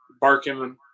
barking